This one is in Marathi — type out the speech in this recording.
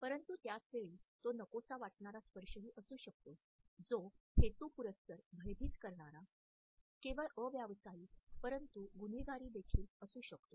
परंतु त्याच वेळी तो नकोसा वाटणारा स्पर्शही असू शकतो जो हेतुपुरस्सर भयभीत करणारा केवळ अव्यावसायिक परंतु गुन्हेगारी देखील असू शकतो